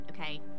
Okay